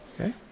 Okay